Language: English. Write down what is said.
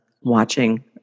watching